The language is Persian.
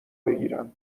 بگیرم